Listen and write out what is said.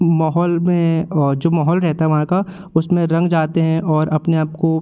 माहौल में जो माहौल रहता है वहाँ का उसमें रंग जाते हैं और अपने आपको